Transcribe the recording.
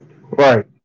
right